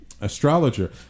Astrologer